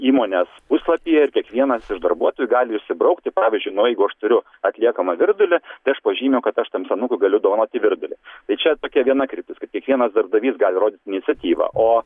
įmonės puslapyje ir kiekvienas iš darbuotojų gali išsibraukti pavyzdžiui nu jeigu aš turiu atliekamą virdulį tai aš pažymiu kad aš tam senukui galiu dovanoti virdulį tai čia tokia viena kryptis kad kiekvienas darbdavys gali rodyt iniciatyvą o